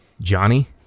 Johnny